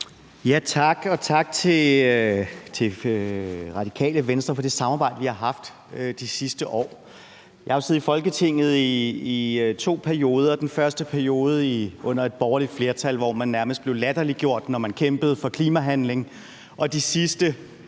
Tak. Og tak til Radikale Venstre for det samarbejde, vi har haft de sidste år. Jeg har jo siddet i Folketinget i to perioder, den første periode under et borgerligt flertal, hvor man nærmest blevet latterliggjort, når man kæmpede for klimahandling, og de sidste